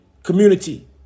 Community